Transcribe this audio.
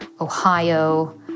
Ohio